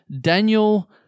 Daniel